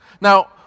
Now